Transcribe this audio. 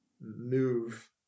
move